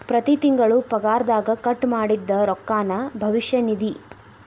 ಪ್ರತಿ ತಿಂಗಳು ಪಗಾರದಗ ಕಟ್ ಮಾಡಿದ್ದ ರೊಕ್ಕಾನ ಭವಿಷ್ಯ ನಿಧಿ